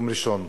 ביום ראשון